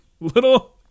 little